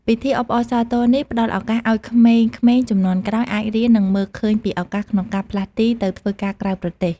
ពិធីអបអរសាទរនេះផ្តល់ឱកាសឱ្យក្មេងៗជំនាន់ក្រោយអាចរៀន និងមើលឃើញពីឱកាសក្នុងការផ្លាស់ទីទៅធ្វើការក្រៅប្រទេស។